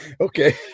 Okay